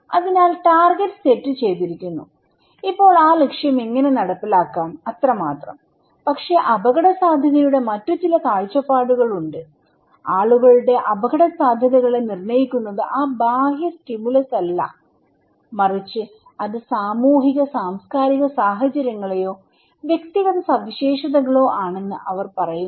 അതിനാൽ target set ചെയ്തിരിക്കുന്നു ഇപ്പോൾ ആ ലക്ഷ്യം എങ്ങനെ നടപ്പിലാക്കാം അത്രമാത്രം പക്ഷേ അപകടസാധ്യതയുടെ മറ്റ് ചില കാഴ്ചപ്പാടുകളുണ്ട് ആളുകളുടെ അപകടസാധ്യതകളെ നിർണ്ണയിക്കുന്നത് ആ ബാഹ്യ സ്റ്റിമുലസ് അല്ല മറിച്ച് അത് സാമൂഹിക സാംസ്കാരിക സാഹചര്യങ്ങളോ വ്യക്തിഗത സവിശേഷതകളോ ആണെന്ന് അവർ പറയുന്നു